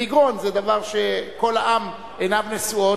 במגרון זה דבר שכל העם עיניו נשואות,